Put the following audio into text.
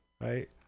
Right